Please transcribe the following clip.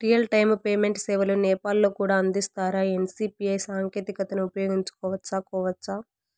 Real time payment సేవలు నేపాల్ లో కూడా అందిస్తారా? ఎన్.సి.పి.ఐ సాంకేతికతను ఉపయోగించుకోవచ్చా కోవచ్చా?